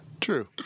True